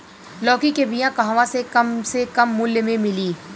लौकी के बिया कहवा से कम से कम मूल्य मे मिली?